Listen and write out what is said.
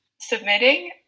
submitting